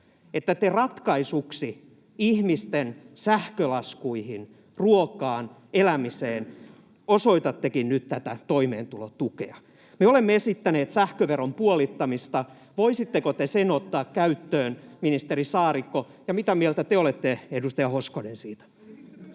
että te ratkaisuksi ihmisten sähkölaskuihin, ruokaan, elämiseen osoitattekin nyt tätä toimeentulotukea? Me olemme esittäneet sähköveron puolittamista. Voisitteko te sen ottaa käyttöön, ministeri Saarikko, ja mitä mieltä te, edustaja Hoskonen, olette